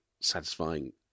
satisfying